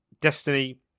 Destiny